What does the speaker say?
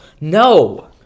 No